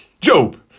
Job